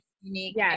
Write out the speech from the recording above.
unique